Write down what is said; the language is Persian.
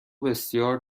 بسیار